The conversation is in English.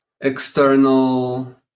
external